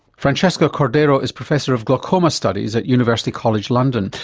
francesca cordeiro is professor of glaucoma studies at university college london.